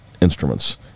instruments